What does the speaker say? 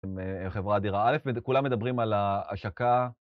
חברה אדירה א', כולם מדברים על ההשקה